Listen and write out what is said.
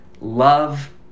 Love